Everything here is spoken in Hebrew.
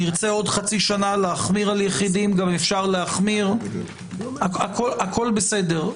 נרצה בעוד חצי שנה להחמיר על יחידים אפשר להחמיר והכול בסדר.